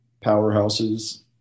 powerhouses